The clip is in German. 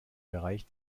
bereich